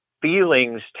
feelings